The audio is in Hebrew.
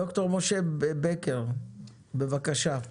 ד"ר משה בקר, בבקשה.